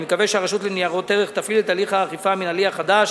אני מקווה שהרשות לניירות ערך תפעיל את הליך האכיפה המינהלי החדש